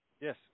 Yes